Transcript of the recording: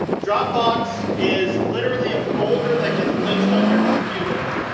dropbox is literally a folder that gets placed on your computer.